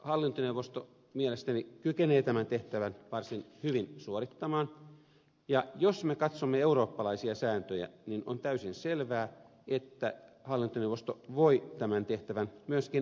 hallintoneuvosto mielestäni kykenee tämän tehtävän varsin hyvin suorittamaan ja jos me katsomme eurooppalaisia sääntöjä niin on täysin selvää että hallintoneuvosto voi tämän tehtävän myöskin suorittaa